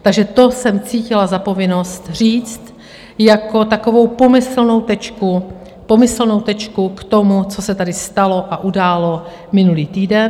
Takže to jsem cítila za povinnost říct jako takovou pomyslnou tečku k tomu, co se tady stalo a událo minulý týden.